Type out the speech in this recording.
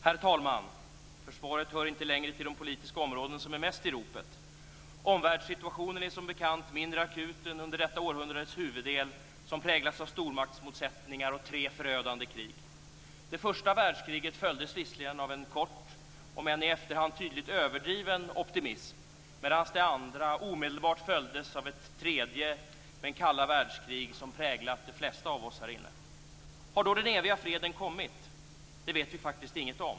Herr talman! Försvaret hör inte längre till de politiska områden som är mest i ropet. Omvärldssituationen är som bekant mindre akut än under detta århundrades huvuddel, som präglats av stormaktsmotsättningar och tre förödande krig. Det första världskriget följdes visserligen av en kort och om än i efterhand tydligt överdriven optimism, medan det andra omedelbart följdes av det tredje kalla världskrig som präglat de flesta av oss här inne. Har då den eviga freden kommit? Det vet vi faktiskt ingenting om.